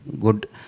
good